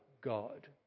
God